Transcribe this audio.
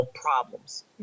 problems